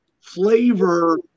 flavor